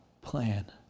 plan